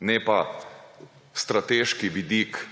ne pa strateški vidik